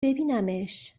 ببینمش